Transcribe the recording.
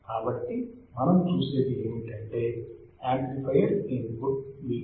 కాబట్టి మనం చూసేది ఏమిటంటే amplifier input Vi output Vo